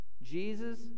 Jesus